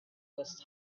was